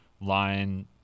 line